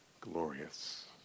glorious